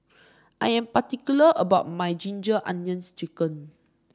I am particular about my Ginger Onions chicken